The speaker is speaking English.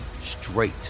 straight